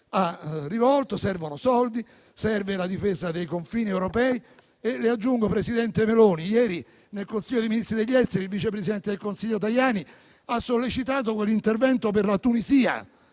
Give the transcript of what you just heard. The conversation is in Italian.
Meloni: servono soldi e la difesa dei confini europei. Aggiungo, presidente Meloni, che ieri nel Consiglio dei ministri degli esteri il vice presidente del Consiglio Tajani ha sollecitato quell'intervento per la Tunisia.